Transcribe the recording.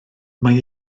mae